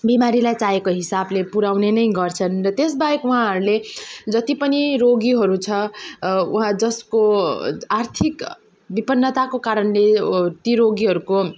बिमारीलाई चाहेको हिसाबले पुराउने नै गर्छन् र त्यस बाहेक उहाँहरूले जति पनि रोगीहरू छ उहाँ जसको आर्थिक विपन्नताको कारणले ति रोगीहरूको